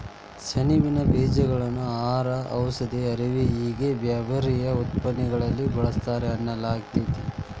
ಸೆಣಬಿನ ಬೇಜಗಳನ್ನ ಆಹಾರ, ಔಷಧಿ, ಅರವಿ ಹಿಂಗ ಬ್ಯಾರ್ಬ್ಯಾರೇ ಉತ್ಪನ್ನಗಳಲ್ಲಿ ಬಳಸ್ತಾರ ಅನ್ನಲಾಗ್ತೇತಿ